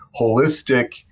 holistic